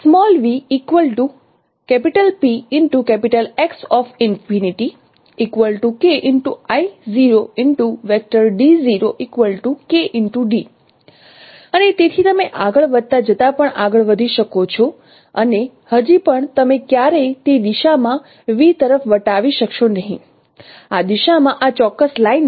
અને તેથી તમે આગળ વધતા જતા પણ આગળ વધી શકો છો અને હજી પણ તમે ક્યારેય તે દિશા માં V તરફ વટાવી શકશો નહીં આ દિશામાં આ ચોક્કસ લાઇનમાં